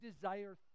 desire